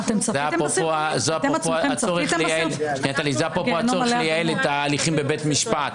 זה, אפרופו, הצורך לייעל את ההליכים בבית המשפט.